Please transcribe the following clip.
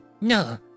No